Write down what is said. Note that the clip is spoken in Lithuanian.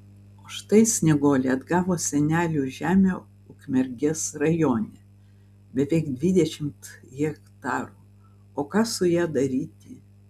o štai snieguolė atgavo senelių žemę ukmergės rajone beveik dvidešimt hektarų o ką su ja daryti